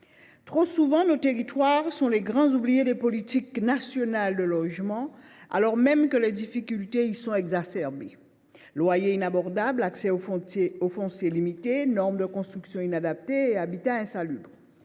Trop souvent, nos territoires sont les grands oubliés des politiques nationales de logement, alors même que les difficultés y sont exacerbées du fait de loyers inabordables, d’un accès au foncier limité, de normes de construction inadaptées et d’un habitat insalubre.